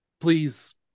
please